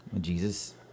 Jesus